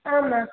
आमा